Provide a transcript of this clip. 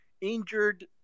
injured